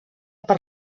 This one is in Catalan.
per